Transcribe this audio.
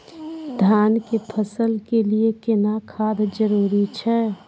धान के फसल के लिये केना खाद जरूरी छै?